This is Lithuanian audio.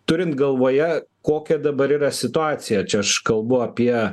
turint galvoje kokia dabar yra situacija čia aš kalbu apie